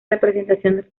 representación